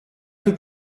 peu